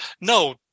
no